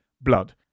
blood